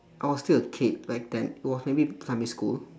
I was still a kid back then it was maybe primary school